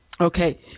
Okay